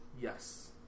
Yes